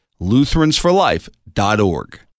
Lutheransforlife.org